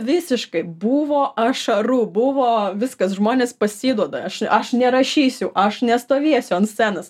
visiškai buvo ašarų buvo viskas žmonės pasiduoda aš aš nerašysiu aš nestovėsiu ant scenos